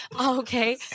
okay